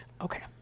Okay